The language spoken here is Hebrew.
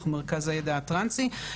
אנחנו מרכז הידע הטרנסי.